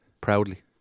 proudly